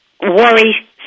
Worry